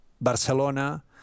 Barcelona